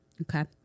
Okay